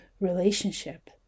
relationship